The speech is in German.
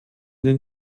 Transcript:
den